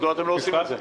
מדוע אתם לא עושים את זה?